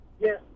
Yes